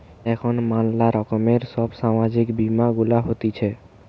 এখন ম্যালা রকমের সব সামাজিক বীমা গুলা হতিছে